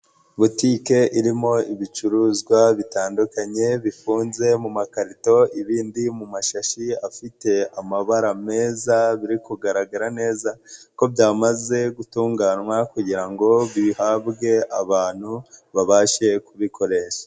Botike irimo ibicuruzwa bitandukanye, bifunze mu makarito, ibindi mu mashashi afite amabara meza, biri kugaragara neza ko byamaze gutunganywa kugira ngo bihabwe abantu, babashe kubikoresha.